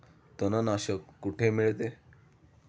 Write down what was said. तणनाशक कुठे मिळते?